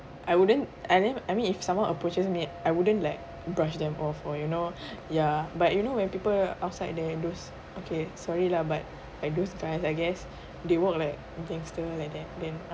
I wouldn't and then I mean if someone approaches me I wouldn't like brush them off or you know yeah but you know when people outside there those okay sorry lah but like those guys I guess they walk like gangster like that then